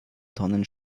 tonnen